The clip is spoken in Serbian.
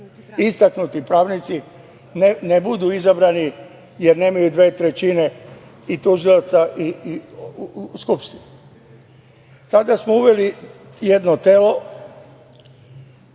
istaknuti pravnici ne budu izabrani jer nemaju dve trećine i tužilaca u Skupštini. Tada smo uveli jedno telo